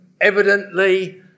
Evidently